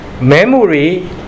memory